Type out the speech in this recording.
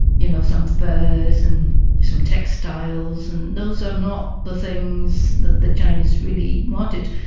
you know, some furs and some textiles. and those are not the things the the chinese really wanted.